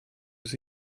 aux